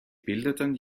bildeten